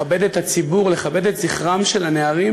לכבד את הציבור, לכבד את זכרם של הנערים.